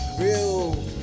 real